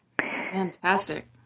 Fantastic